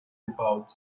about